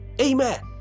Amen